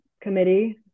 committee